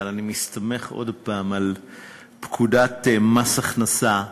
אבל אני מסתמך עוד פעם על פקודת מס הכנסה,